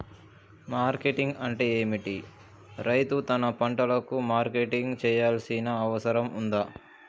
Marketing అంటే ఏమిటి? రైతు తన పంటలకు మార్కెటింగ్ చేయాల్సిన అవసరం ఉందా?